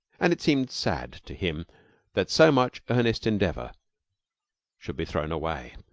and it seemed sad to him that so much earnest endeavor should be thrown away.